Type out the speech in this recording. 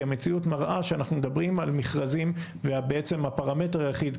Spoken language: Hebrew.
כי המציאות מראה שאנחנו מדברים על מכרזים ובעצם הפרמטר היחיד,